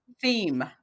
theme